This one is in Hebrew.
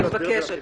אני מבקשת,